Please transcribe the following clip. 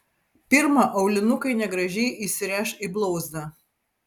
pirma aulinukai negražiai įsiręš į blauzdą